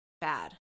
bad